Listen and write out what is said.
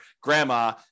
grandma